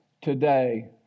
today